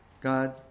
God